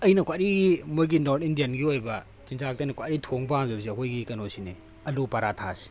ꯑꯩꯅ ꯈ꯭ꯋꯥꯏꯗꯒꯤ ꯃꯣꯏꯒꯤ ꯅ꯭ꯣꯔꯠ ꯏꯟꯗꯤꯌꯟꯒꯤ ꯑꯣꯏꯕ ꯆꯤꯟꯖꯥꯛꯇ ꯑꯩꯅ ꯈ꯭ꯋꯥꯏꯗꯒꯤ ꯊꯣꯡꯕ ꯄꯥꯝꯖꯕꯁꯦ ꯑꯩꯈꯣꯏꯒꯤ ꯀꯩꯅꯣꯁꯤꯅꯦ ꯑꯂꯨ ꯄꯔꯥꯊꯥꯁꯦ